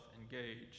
engaged